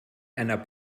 einer